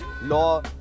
law